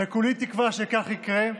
וכולי תקווה שכך יקרה,